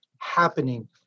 happening